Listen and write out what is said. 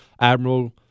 Admiral